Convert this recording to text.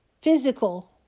physical